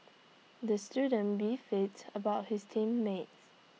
the student beefed IT about his team mates